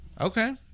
Okay